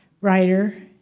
writer